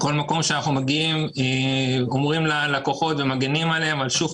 בכל מקום אליו אנחנו מגיעים אומרים ללקוחות ומגינים עליהם אבל שוב,